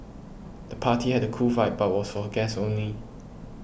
the party had a cool vibe but was for guests only